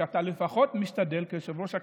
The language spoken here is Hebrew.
שאתה לפחות משתדל, כיושב-ראש הכנסת,